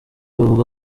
bavuga